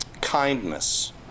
kindness